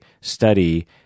study